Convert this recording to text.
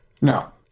No